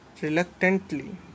reluctantly